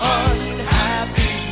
unhappy